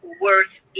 worth